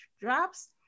drops